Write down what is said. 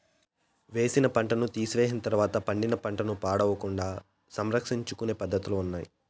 వేసిన పంటను తీసివేసిన తర్వాత పండిన పంట పాడవకుండా సంరక్షించుకొనే పద్ధతులున్నాయి